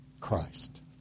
Christ